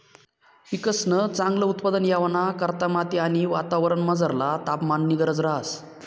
पिकंसन चांगल उत्पादन येवाना करता माती आणि वातावरणमझरला तापमाननी गरज रहास